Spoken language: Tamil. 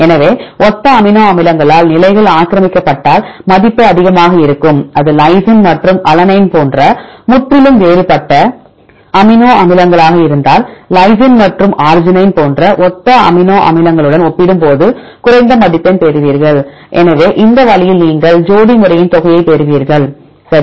எனவே ஒத்த அமினோ அமிலங்களால் நிலைகள் ஆக்கிரமிக்கப்பட்டால் மதிப்பு அதிகமாக இருக்கும் அது லைசின் மற்றும் அலனைன் போன்ற முற்றிலும் வேறுபட்ட அமினோ அமிலங்களாக இருந்தால் லைசின் மற்றும் அர்ஜினைன் போன்ற ஒத்த அமினோ அமிலங்களுடன் ஒப்பிடும்போது குறைந்த மதிப்பெண் பெறுவீர்கள் எனவே இந்த வழியில் நீங்கள் ஜோடி முறையின் தொகையைப் பெறுவீர்கள் சரி